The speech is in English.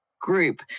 group